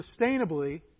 sustainably